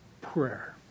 Prayer